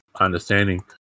understanding